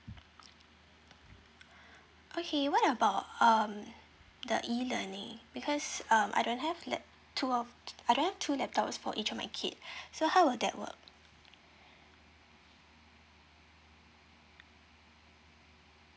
okay what about um the e learning because um I don't have lap~ two of I don't have two laptops for each of my kid so how will that work